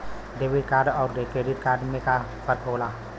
Debit card अउर credit card में का फर्क होला?